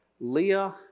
Leah